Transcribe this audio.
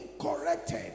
corrected